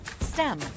STEM